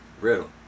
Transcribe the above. Riddle